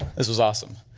this was awesome.